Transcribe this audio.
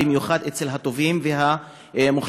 במיוחד אצל הטובים והמוכשרים.